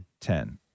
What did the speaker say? Ten